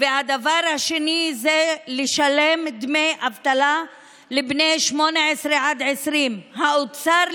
והדבר השני זה לשלם דמי אבטלה לבני 18 עד 20. האוצר,